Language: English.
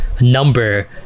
number